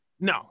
no